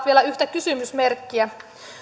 vielä yhtä kysymysmerkkiä